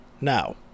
Now